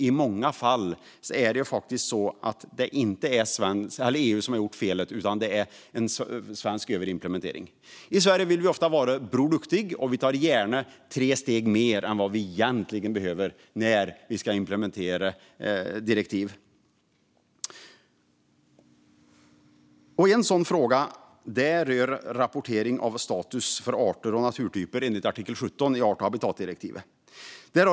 I många fall är det dock faktiskt så att det inte är EU som har gjort fel, utan det handlar om svensk överimplementering. I Sverige vill vi ofta vara Bror Duktig, och vi tar gärna tre steg mer än vad vi egentligen behöver göra när vi ska implementera direktiv. En sådan fråga rör rapportering av status för arter och naturtyper enligt artikel 17 i art och habitatdirektivet.